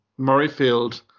Murrayfield